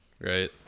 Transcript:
Right